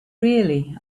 really